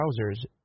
trousers